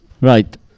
Right